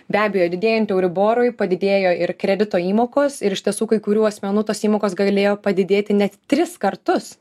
be abejo didėjant euriborui padidėjo ir kredito įmokos ir iš tiesų kai kurių asmenų tos įmokos galėjo padidėti net tris kartus